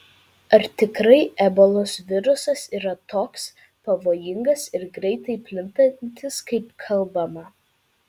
ar tikrai ebolos virusas yra toks pavojingas ir greitai plintantis kaip kalbama